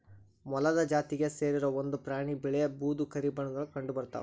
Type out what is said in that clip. ಮೊಲದ ಜಾತಿಗೆ ಸೇರಿರು ಒಂದ ಪ್ರಾಣಿ ಬಿಳೇ ಬೂದು ಕರಿ ಬಣ್ಣದೊಳಗ ಕಂಡಬರತಾವ